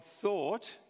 thought